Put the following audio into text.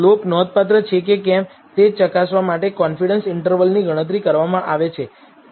slope નોંધપાત્ર છે કે કેમ તે ચકાસવા માટે કોન્ફિડન્સ ઈન્ટર્વલની ગણતરી કરવામાં આવે છે